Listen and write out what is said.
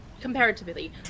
comparatively